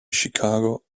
chicago